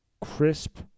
crisp